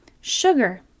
sugar